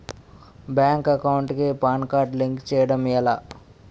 Bank account కి PAN card link చేయడం ఎలా?